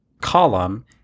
column